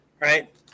right